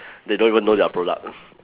they don't even know their product